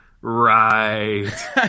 Right